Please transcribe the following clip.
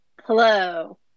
Hello